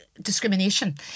Discrimination